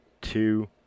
two